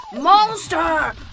Monster